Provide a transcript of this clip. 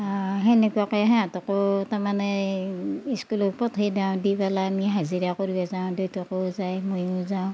সেনেকুৱাকে সিহঁতকো তাৰমানে স্কুলত পঠাই দিওঁ দি পেলাই আমি হাজিৰা কৰিব যাওঁ দেউতাকো যায় ময়ো যাওঁ